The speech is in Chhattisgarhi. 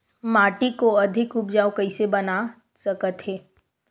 माटी को अधिक उपजाऊ कइसे बना सकत हे?